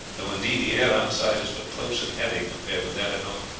though indeed the air outside is but close and heavy compared with that at home.